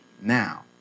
now